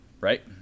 right